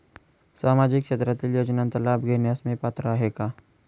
सामाजिक क्षेत्रातील योजनांचा लाभ घेण्यास मी पात्र आहे का?